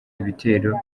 ibitero